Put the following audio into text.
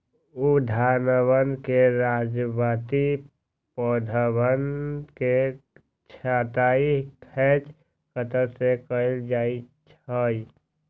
उद्यानवन में सजावटी पौधवन के छँटाई हैज कटर से कइल जाहई